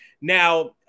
Now